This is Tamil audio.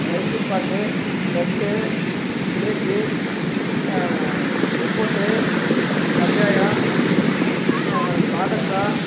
மைசூர் பாக்கு லட்டு ஜிலேபி உப்புட்டு கஜ்ஜாயம் பாதுர்ஷா